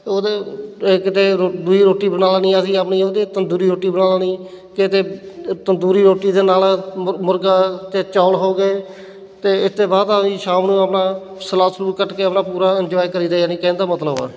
ਉਹਦਾ ਇੱਕ ਤਾਂ ਰੋ ਦੂਜੀ ਰੋਟੀ ਬਣਾਉਣੀ ਆ ਅਸੀਂ ਆਪਣੀ ਉਹਦੇ ਤੰਦੂਰੀ ਰੋਟੀ ਬਣਾਉਣੀ ਕਿਤੇ ਤੰਦੂਰੀ ਰੋਟੀ ਦੇ ਨਾਲ ਮੁਰ ਮੁਰਗਾ ਅਤੇ ਚੌਲ਼ ਹੋ ਗਏ ਅਤੇ ਇਸ ਤੋਂ ਬਾਅਦ ਅਸੀਂ ਸ਼ਾਮ ਨੂੰ ਆਪਣਾ ਸਲਾਦ ਸਲੂਦ ਕੱਟ ਕੇ ਆਪਣਾ ਪੂਰਾ ਇੰਨਜੋਏ ਕਰੀਦਾ ਜਾਣੀ ਕਹਿਣ ਦਾ ਮਤਲਬ ਆ